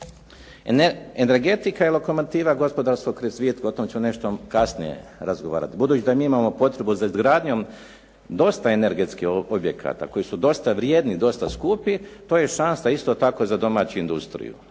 Energetika je lokomotiva gospodarskog razvitka, o tom ću nešto kasnije razgovarati. Budući da i mi imamo potrebu za izgradnjom dosta energetskih objekata koji su dosta vrijedni, dosta skupi, to je šansa isto tako za domaću industriju.